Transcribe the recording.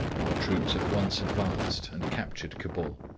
our troops at once advanced and captured cabul,